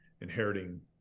inheriting